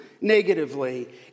negatively